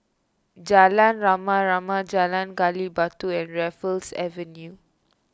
Jalan Rama Rama Jalan Gali Batu and Raffles Avenue